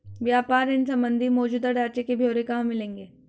व्यापार ऋण संबंधी मौजूदा ढांचे के ब्यौरे कहाँ मिलेंगे?